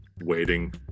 waiting